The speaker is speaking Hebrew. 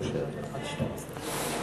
אני מתנצלת.